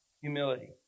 humility